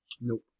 Nope